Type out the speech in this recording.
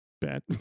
bad